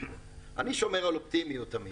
אני שומר על אופטימיות תמיד.